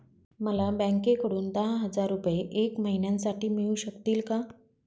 मला बँकेकडून दहा हजार रुपये एक महिन्यांसाठी मिळू शकतील का?